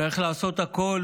צריך לעשות הכול